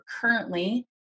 currently